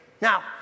Now